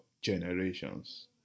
generations